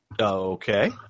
Okay